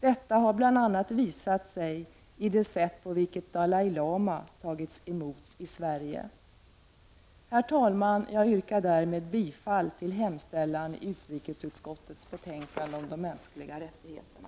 Detta har bl.a. visat sig i det sätt på vilket Dalai Lama tagits emot i Sverige. Herr talman! Jag yrkar härmed bifall till hemställan i utrikesutskottets betänkande om de mänskliga rättigheterna.